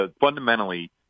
fundamentally